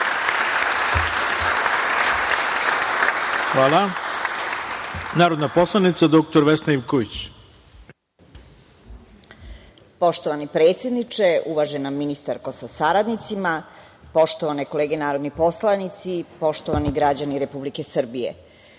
poslanika dr Vesna Ivković. **Vesna Ivković** Poštovani predsedniče, uvažena ministarko sa saradnicima, poštovane kolege narodni poslanici, poštovani građani Republike Srbije,